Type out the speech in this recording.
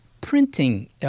printing